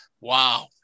Wow